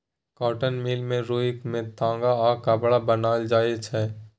cotton mill मे रुइया सँ ताग आ कपड़ा बनाएल जाइ छै